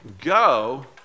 Go